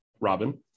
Robin